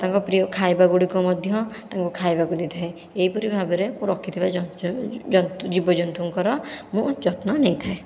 ତାଙ୍କ ପ୍ରିୟ ଖାଇବାଗୁଡ଼ିକ ମଧ୍ୟ ତାଙ୍କୁ ଖାଇବାକୁ ଦେଇଥାଏ ଏହିପରି ଭାବରେ ମୁଁ ରଖିଥିବା ଜନ୍ତୁ ଜୀବଜନ୍ତୁଙ୍କର ମୁଁ ଯତ୍ନ ନେଇଥାଏ